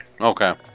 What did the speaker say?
Okay